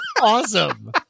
awesome